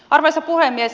arvoisa puhemies